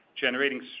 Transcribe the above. generating